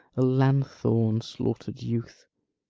a lanthorn, slaught'red youth,